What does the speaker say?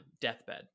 Deathbed